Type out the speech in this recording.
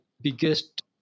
biggest